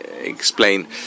explain